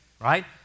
right